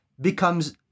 becomes